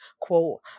quote